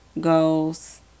goals